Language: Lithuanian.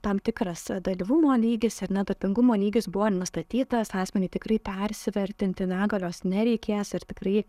tam tikras e dalyvumo neigis ar nedarbingumo lygis buvo nustatytas asmeniui tikrai persivertinti negalios nereikės ir tikrai